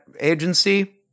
agency